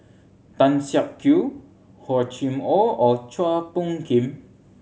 Tan Siak Kew Hor Chim Or or Chua Phung Kim